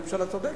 הממשלה צודקת.